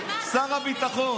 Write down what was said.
שר הביטחון.